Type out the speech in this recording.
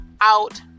out